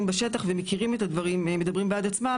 בשטח ומכירים את הדברים ומדברים בעד עצמם,